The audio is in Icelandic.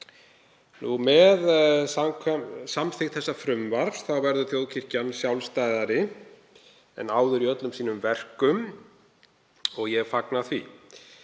samþykkt þessa frumvarps verður þjóðkirkjan sjálfstæðari en áður í öllum sínum verkum og ég fagna því.